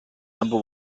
number